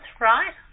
right